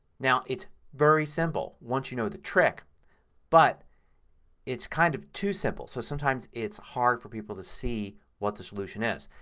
now it's very simple once you know the trick but it's kind of too simple so sometimes it's hard for people to see what the solution is.